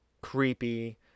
creepy